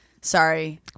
Sorry